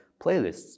Playlists